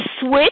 switch